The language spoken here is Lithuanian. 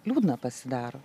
liūdna pasidaro